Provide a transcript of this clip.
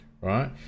right